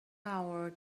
hour